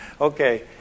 Okay